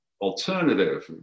alternative